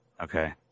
Okay